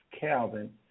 Calvin